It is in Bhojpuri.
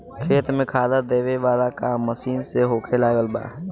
खेत में खादर देबे वाला काम मशीन से होखे लागल बा